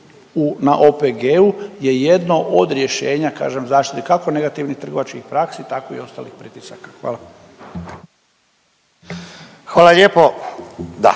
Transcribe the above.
na OPG-u je jedno od rješenja, kažem zaštite, kako negativnih trgovačkih praksi, tako i ostalih pritisaka. Hvala. **Ivanović,